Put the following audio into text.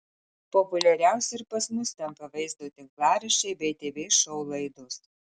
populiariausi ir pas mus tampa vaizdo tinklaraščiai bei tv šou laidos